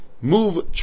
move